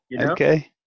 Okay